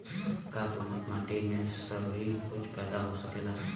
का दोमट माटी में सबही कुछ पैदा हो सकेला?